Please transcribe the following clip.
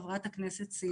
חברת הכנסת סילמן.